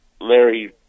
Larry